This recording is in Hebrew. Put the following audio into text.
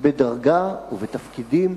בדרגה ובתפקידים,